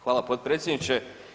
Hvala potpredsjedniče.